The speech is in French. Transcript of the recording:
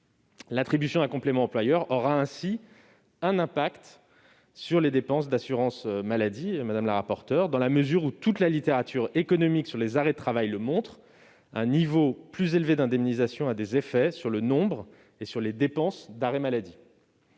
L'attribution d'un complément employeur aura ainsi un impact sur les dépenses d'assurance maladie, madame la rapporteure, dans la mesure, et toute la littérature économique sur les arrêts de travail le montre, où un niveau plus élevé d'indemnisation a des effets sur le nombre et sur les dépenses d'arrêt maladie.